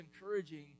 encouraging